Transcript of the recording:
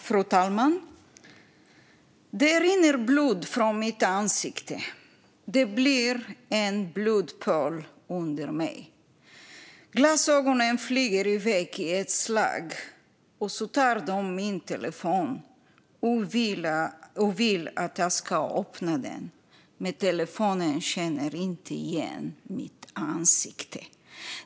Fru talman! Det rinner blod från mitt ansikte. Det blir en blodpöl under mig. Glasögonen flyger iväg i ett slag, och så tar de min telefon och vill att jag ska öppna den. Men telefonen känner inte igen mitt ansikte.